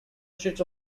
sheets